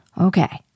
Okay